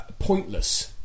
pointless